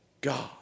God